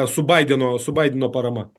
su baideno su baideno parama